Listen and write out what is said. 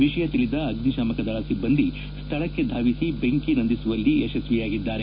ವಿಷಯ ತಿಳಿದ ಅಗ್ನಿಶಾಮಕ ದಳ ಸಿಬ್ಬಂದಿ ಸ್ಥಳಕ್ಕೆ ಧಾವಿಸಿ ಬೆಂಕಿ ನಂದಿಸುವಲ್ಲಿ ಯಶಸ್ವಿಯಾಗಿದ್ದಾರೆ